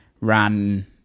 ran